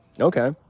Okay